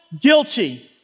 guilty